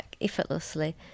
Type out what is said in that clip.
effortlessly